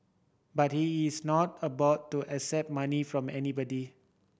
but he is not about to accept money from anybody